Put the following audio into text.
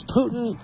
Putin